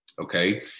okay